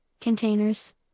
containers